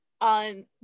on